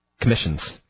Commissions